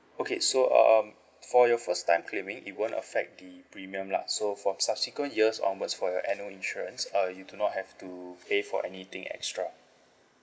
okay so um for your first time claiming it won't affect the premium lah so for subsequent years onwards for your annual insurance uh you do not have to pay for anything extra